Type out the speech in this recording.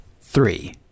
three